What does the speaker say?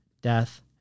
death